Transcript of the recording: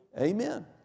Amen